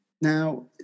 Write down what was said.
Now